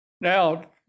Now